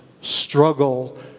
struggle